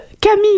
Camille